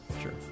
Sure